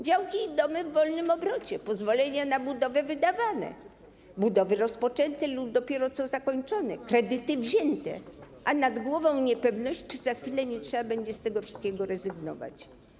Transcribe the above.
Działki i domy w wolnym obrocie, pozwolenia na budowę wydawane, budowy rozpoczęte i dopiero co zakończone, kredyty wzięte, a nad głową niepewność, czy za chwilę nie trzeba będzie z tego wszystkiego rezygnować.